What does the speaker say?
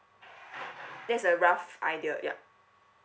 that's a rough idea ya